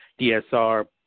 DSR